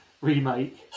Remake